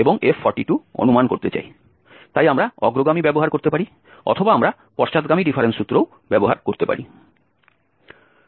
তাই আমরা অগ্রগামী ব্যবহার করতে পারি অথবা আমরা পশ্চাৎগামী ডিফারেন্স সূত্র ব্যবহার করতে পারি